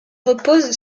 repose